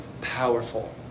powerful